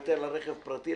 לוותר על רכב פרטי,